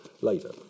later